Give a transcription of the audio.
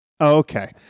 Okay